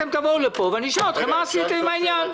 אתם תבואו לפה ואשאל אתכם מה עשיתם עם העניין.